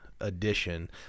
edition